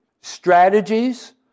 strategies